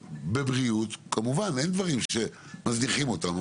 בבריאות כמובן שאין דברים שמזניחים אותם,